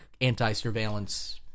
anti-surveillance